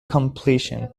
completion